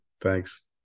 Thanks